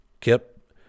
Kip